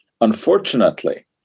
Unfortunately